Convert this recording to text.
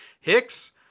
Hicks